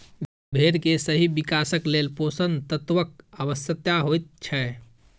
भेंड़ के सही विकासक लेल पोषण तत्वक आवश्यता होइत छै